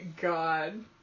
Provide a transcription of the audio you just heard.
god